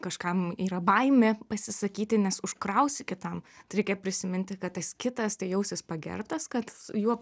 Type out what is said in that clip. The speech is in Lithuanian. kažkam yra baimė pasisakyti nes užkrausi kitam tai reikia prisiminti kad tas kitas tai jausis pagerbtas kad juo